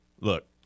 look